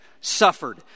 suffered